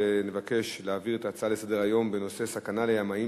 נבקש להעביר לוועדה את ההצעה לסדר-היום בנושא: סכנה לימאים